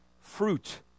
fruit